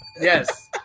Yes